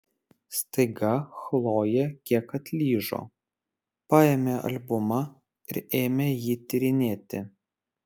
staiga chlojė kiek atlyžo paėmė albumą ir ėmė jį tyrinėti